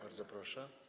Bardzo proszę.